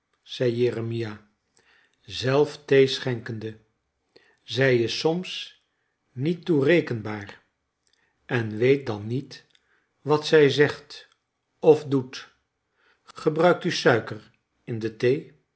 zei jeremia zelf thee schenkende zij is soins niet toerekenbaar en weet dan niet wat zij zegt of doet g ebruikt u suiker in de